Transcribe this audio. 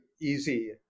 easy